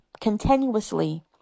continuously